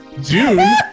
June